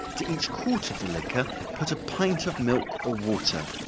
to each quart of the liquor, put a pint of milk or water,